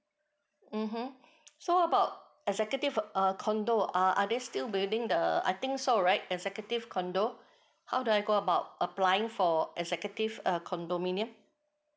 mmhmm so about executive err condo err are they still building the I think so right executive condo how do I go about applying for executive err condominium